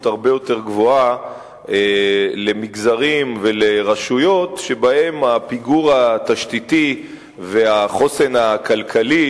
הרבה יותר גבוהה למגזרים ולרשויות שבהם הפיגור התשתיתי והחוסן הכלכלי,